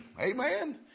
Amen